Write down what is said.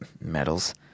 medals